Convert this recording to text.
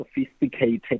sophisticated